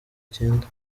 cyenda